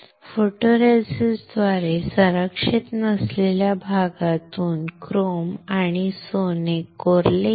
फोटोरेसिस्टद्वारे संरक्षित नसलेल्या भागातून क्रोम आणि सोने कोरले गेले